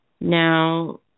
Now